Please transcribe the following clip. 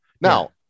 now